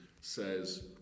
says